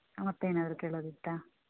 ಮತ್ತೇನಾದರು ಕೆಳೋದು ಇತ್ತಾ